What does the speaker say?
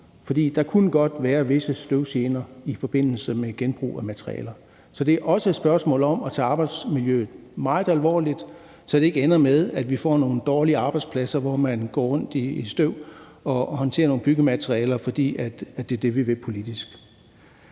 der kunne godt være visse støvgener i forbindelse med genbrug af materialer. Så det er også et spørgsmål om at tage arbejdsmiljøet meget alvorligt, så det ikke ender med, at vi får nogle dårlige arbejdspladser, hvor man går rundt i støv og håndterer nogle byggematerialer, fordi det er det, vi vil politisk.